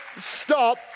stop